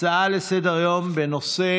הצעה לסדר-היום מס'